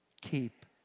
keep